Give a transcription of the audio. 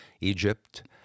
Egypt